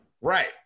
Right